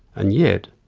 and yet,